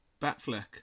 batfleck